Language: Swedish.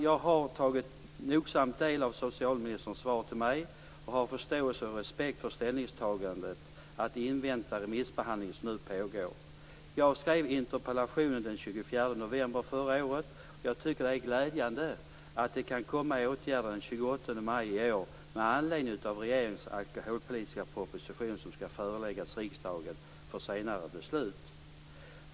Jag har nogsamt tagit del av socialministerns svar till mig och har förståelse och respekt för ställningstagandet att invänta den remissbehandling som nu pågår. Jag skrev interpellationen den 24 november förra året, och jag tycker att det är glädjande att det kan komma åtgärder den 28 maj i år med anledning av regeringens alkoholpolitiska proposition som skall föreläggas riksdagen för senare beslut.